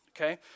okay